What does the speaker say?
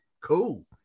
Cool